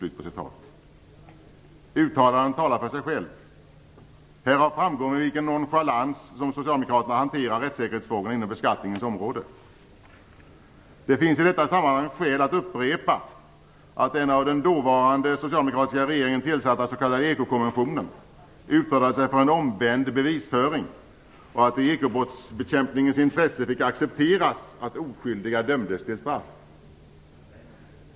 Uttalandet talar för sig självt. Härav framgår med vilken nonchalans som socialdemokraterna hanterar rättssäkerhetsfrågorna på beskattningens område. Det finns i detta sammanhang skäl att upprepa att den av den dåvarande socialdemokratiska regeringen tillsatta s.k. Ekokommissionen uttalade sig för en omvänd bevisföring och sade att det i ekobrottsbekämpningens intresse fick accepteras att oskyldiga dömdes till straff.